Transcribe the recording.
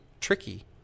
tricky